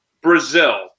Brazil